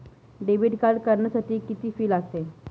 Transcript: Debit card काढण्यासाठी किती fee लागते?